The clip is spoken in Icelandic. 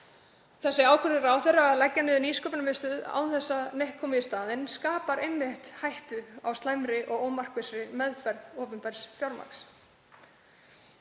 Sú ákvörðun ráðherra að leggja niður Nýsköpunarmiðstöð án þess að neitt komi í staðinn skapar einmitt hættu á slæmri og ómarkvissri meðferð opinbers fjármagns